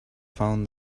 found